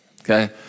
Okay